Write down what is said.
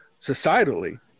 societally